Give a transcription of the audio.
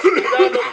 הספינה לא תטבע,